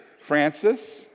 Francis